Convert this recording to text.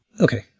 Okay